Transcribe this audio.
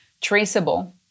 traceable